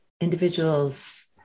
individual's